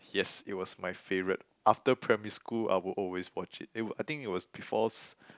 yes it was my favourite after primary school I would always watch it eh I think it was before si~